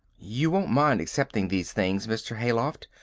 you won't mind accepting these things, mr. hayloft.